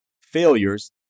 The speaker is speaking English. failures